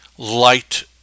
light